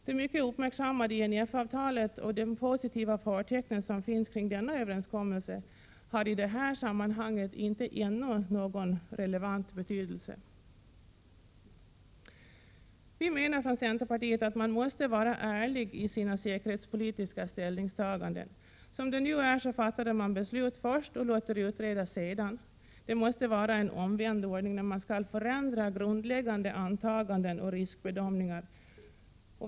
Det mycket uppmärksammade INF-avtalet och de positiva förtecken som finns kring denna överenskommelse har i det här sammanhanget inte ännu någon relevant betydelse. Vi menar från centerpartiet att man måste vara ärlig i sina säkerhetspolitiska ställningstaganden. Nu har man fattat beslut och låter utreda sedan, men det måste vara en omvänd ordning när man skall förändra grundläggande antaganden och riskbedömningar.